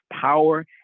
power